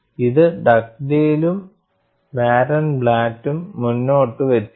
ഇത് ഡഗ്ഡെയ്ലും ബാരൻബ്ലാറ്റും മുന്നോട്ടുവച്ചു